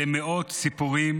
למאות סיפורים